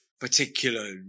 particular